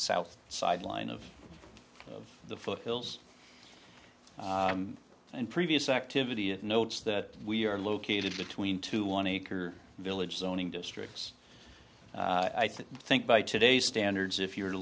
south side line of of the foothills and previous activity it notes that we are located between two one acre village zoning districts i think think by today's standards if you were to